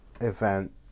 event